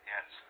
Yes